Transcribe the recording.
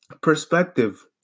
perspective